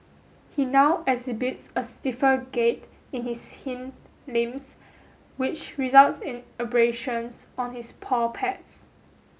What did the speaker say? he now exhibits a stiffer gait in his hind limbs which results in abrasions on his paw pads